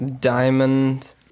Diamond